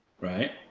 Right